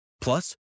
Plus